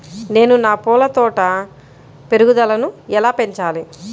నేను నా పూల తోట పెరుగుదలను ఎలా పెంచాలి?